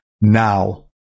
now